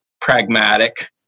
pragmatic